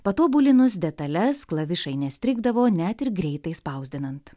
patobulinus detales klavišai nestrigdavo net ir greitai spausdinant